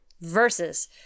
versus